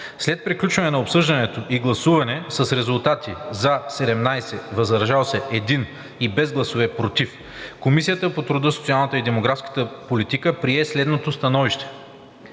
След приключване на обсъждането и гласуване с резултати: „за” – 17 гласа, „въздържал се” –1, без гласове „против”, Комисията по труда, социалната и демографската политика прие следното становище: